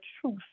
truth